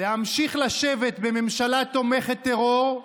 להמשיך לשבת בממשלה תומכת טרור,